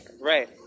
right